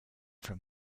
from